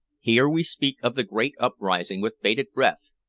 here we speak of the great uprising with bated breath,